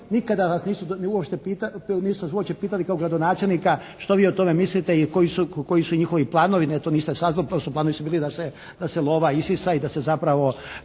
uopće, nisu nas uopće pitali kao gradonačelnika što vi o tome mislite i koji su njihovi planovi? Ne, to nisam saznao. Planovi su bili da se lova isisa i da se zapravo,